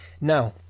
now